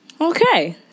Okay